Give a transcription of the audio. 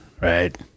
right